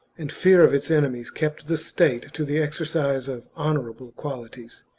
and fear of its enemies kept the state to the xercise of honourable qualities.